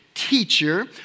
teacher